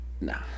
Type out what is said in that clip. Nah